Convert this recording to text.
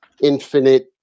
infinite